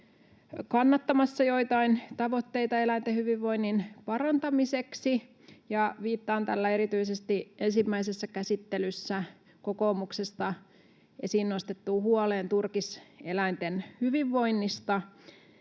kannattamassa joitain tavoitteita eläinten hyvinvoinnin parantamiseksi. Viittaan tällä erityisesti ensimmäisessä käsittelyssä kokoomuksesta esiin nostettuun huoleen turkiseläinten hyvinvoinnista.